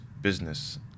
business